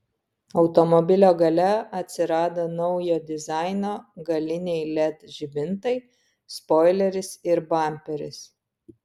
automobilio gale atsirado naujo dizaino galiniai led žibintai spoileris ir bamperis